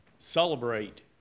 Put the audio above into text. Celebrate